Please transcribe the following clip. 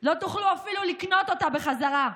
לא תוכלו אפילו לקנות אותה בחזרה.